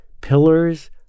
pillars